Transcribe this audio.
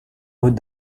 aux